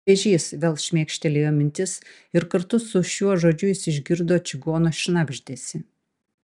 vėžys vėl šmėkštelėjo mintis ir kartu su šiuo žodžiu jis išgirdo čigono šnabždesį